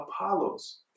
Apollos